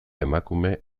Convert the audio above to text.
emakume